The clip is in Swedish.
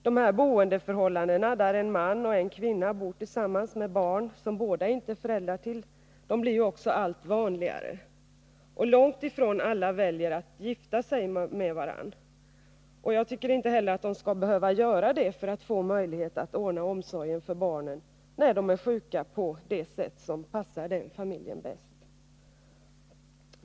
Den här typen av boendeförhållanden, där en man och en kvinna bor tillsammans med barn som inte båda är föräldrar till, blir också allt vanligare, och långt ifrån alla väljer att gifta sig med varandra. Jag tycker inte heller att de skall behöva göra det för att få möjlighet att, på det sätt som passar resp. familj, ordna omsorgen om barnen när de är sjuka.